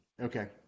Okay